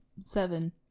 seven